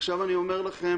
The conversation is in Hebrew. עכשיו, אני אומר לכם